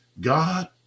God